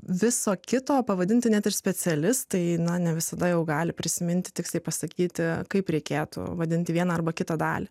viso kito pavadinti net ir specialistai na ne visada jau gali prisiminti tiksliai pasakyti kaip reikėtų vadinti vieną arba kitą dalį